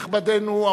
נכבדינו,